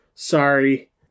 Sorry